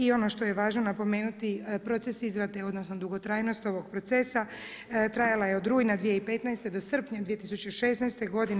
I ono što je važno napomenuti, proces izrade, odnosno dugotrajnost ovog procesa, trajala je od rujna 2015. do srpnja 2016. godine.